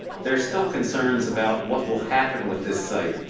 there are still concerns about what will happen with this site.